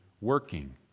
working